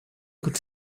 could